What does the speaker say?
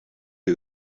who